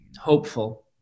Hopeful